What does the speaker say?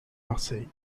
marseille